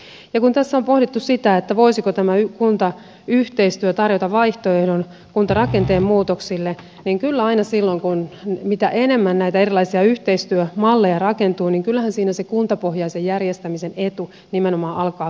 kun tässä on pohdittu sitä voisiko tämä kuntayhteistyö tarjota vaihtoehdon kuntarakenteen muutoksille niin kyllähän aina silloin mitä enemmän erilaisia yhteistyömalleja rakentuu se kuntapohjaisen järjestämisen etu nimenomaan alkaa kadota